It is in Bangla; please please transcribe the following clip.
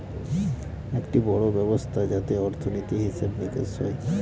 একটি বড়ো ব্যবস্থা যাতে অর্থনীতি, হিসেব নিকেশ হয়